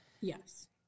Yes